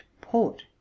port